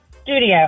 Studio